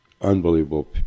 unbelievable